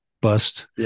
bust